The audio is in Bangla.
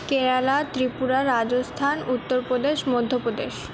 কেরালা ত্রিপুরা রাজস্থান উত্তর প্রদেশ মধ্য প্রদেশ